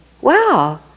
wow